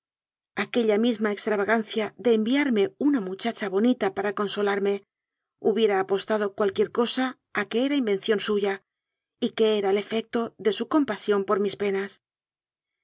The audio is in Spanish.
aquella misma extravagancia de enviarme una muchacha bonita para consolarme hubiera apostado cual quier cosa a que era invención suya y que era el efecto de su compasión por mis penas